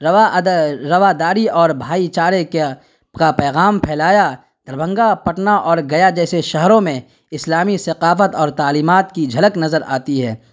روا روا داری اور بھارے چارے کیا کا پیغام پھیلایا دربھنگہ پٹنہ اور گیا جیسے شہروں میں اسلامی ثقافت اور تعلیمات کی جھلک نظر آتی ہے